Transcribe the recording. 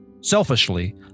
selfishly